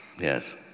Yes